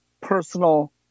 personal